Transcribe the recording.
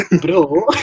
bro